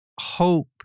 hope